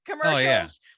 commercials